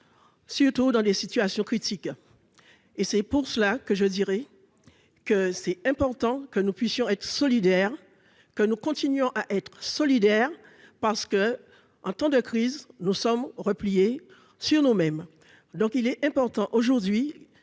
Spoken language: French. Surtout dans des situations critiques. Et c'est pour cela que je dirais. Que c'est important que nous puissions être solidaire, que nous continuons à être solidaires. Parce que en temps de crise. Nous sommes repliés sur nous-mêmes. Donc il est important aujourd'hui